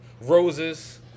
roses